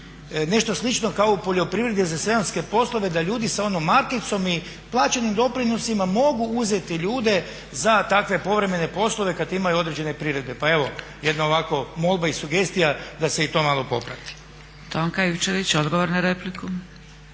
nešto slično kao u poljoprivredi za sezonske poslove da ljudi sa onom markicom i plaćenim doprinosima mogu uzeti ljude za takve povremene poslove kad imaju određene priredbe. Pa evo jedna ovako molba i sugestija da se i to malo poprati. **Zgrebec, Dragica (SDP)** Tonka Ivčević, odgovor na repliku.